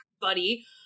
buddy